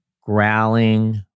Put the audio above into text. growling